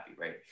right